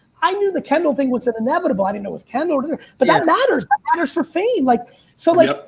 i knew the kendall thing was an inevitable. i didn't know it was ken or, but that matters. but matters for fame. like so like